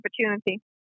opportunity